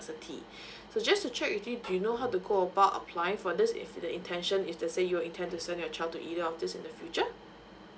university so just to check with you do you know how to go about applying for this if with the intention if let's say you're intend to send your child to either of these in the future